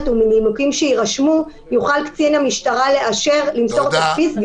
ומנימוקים שיירשמו קצין המשטרה יוכל לאשר למסור תדפיס,